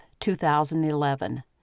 2011